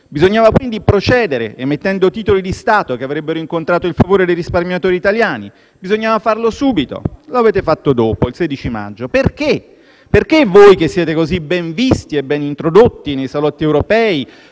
Bisognava quindi procedere emettendo titoli di Stato, che avrebbero incontrato il favore dei risparmiatori italiani, e bisognava farlo subito; lo avete fatto dopo, il 16 maggio. Perché? Perché voi, che siete così ben visti e ben introdotti nei salotti europei,